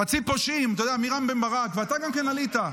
חצי פושעים, מרם בן ברק, ואתה גם כן עלית.